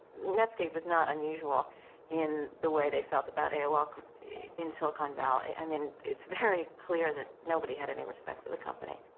netscape is not unusual in the way they felt about aol in silicon valley. i mean, it's very clear that nobody had any respect for the company.